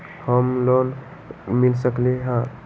Home loan मिल सकलइ ह?